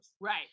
Right